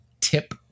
tip